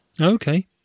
Okay